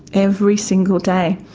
every single day.